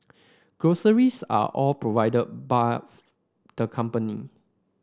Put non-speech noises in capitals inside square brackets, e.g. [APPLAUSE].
groceries are all provided [UNINTELLIGIBLE] the company